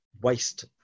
waste